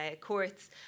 courts